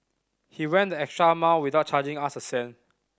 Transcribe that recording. he went the extra mile without charging us a cent